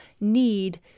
need